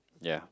ya